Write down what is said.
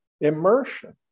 immersion